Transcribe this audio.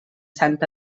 sant